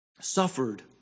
suffered